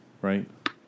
right